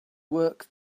work